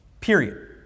period